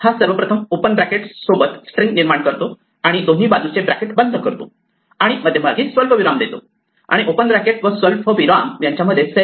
हा सर्वप्रथम open bracket सोबत स्ट्रिंग निर्माण करतो आणि दोन्ही बाजूचे ब्रॅकेट बंद करतो आणि मध्यभागी स्वल्पविराम देतो आणि ओपन ब्रॅकेट व स्वल्पविराम यांच्यामध्ये सेल्फ